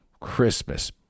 Christmas